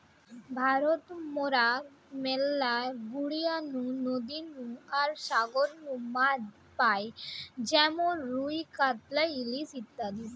ভারত মরা ম্যালা গড়িয়ার নু, নদী নু আর সমুদ্র নু মাছ পাই যেমন রুই, কাতলা, ইলিশ ইত্যাদি